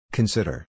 Consider